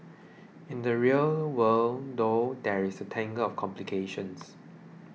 in the real world though there's a tangle of complications